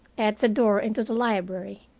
at the door into the library,